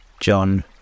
John